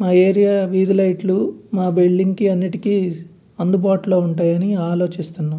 మా ఏరియా వీధి లైట్లు మా బిల్డింగ్కి అన్నింటికీ అందుబాటులో ఉంటాయని ఆలోచిస్తున్నాము